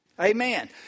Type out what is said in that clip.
Amen